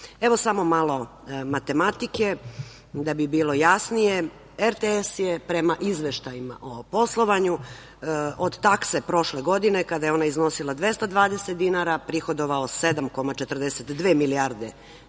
samo malo matematike, da bi bilo jasnije. Prema izveštajima o poslovanju, RTS je od takse prošle godine, kada je ona iznosila 220 dinara, prihodovao 7,42 milijarde dinara,